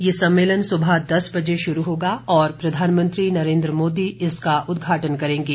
यह सम्मेलन सुबह दस बजे शुरू होगा और प्रधानमंत्री नरेन्द्र मोदी इसका उदघाटन करेंगे